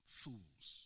fools